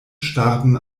starben